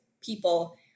people